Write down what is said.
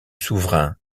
souverain